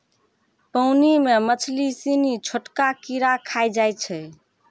पानी मे मछली सिनी छोटका कीड़ा खाय जाय छै